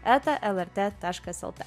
eta lrt taškas lt